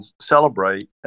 celebrate